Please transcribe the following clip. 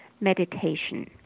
Meditation